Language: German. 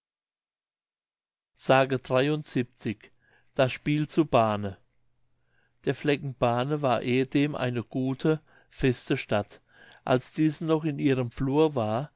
das spiel zu bahne der flecken bahne war ehedem eine gute feste stadt als diese noch in ihrem flor war